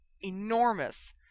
enormous